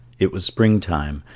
it was spring-time,